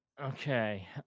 okay